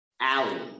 alley